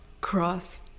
cross